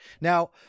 Now